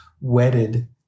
wedded